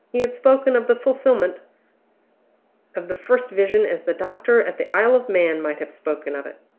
he had spoken of the fulfillment of the first vision as the doctor at the isle of man might have spoken of it.